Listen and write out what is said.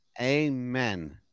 Amen